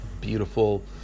beautiful